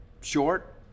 short